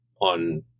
on